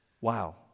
Wow